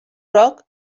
roc